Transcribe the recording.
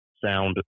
sound